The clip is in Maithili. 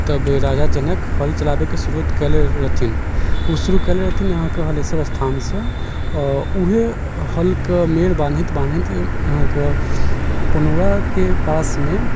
तब राजा जनक हल चलाबैके शुरू कएले रहथिन ओ शुरू कएले रहथिन अहाँके हलेशर स्थानसँ आओर वएह हलके मेड़ बान्हैत बान्हैत अहाँके पुनौराके पासमे